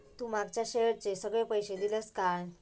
तू मागच्या शेअरचे सगळे पैशे दिलंस काय?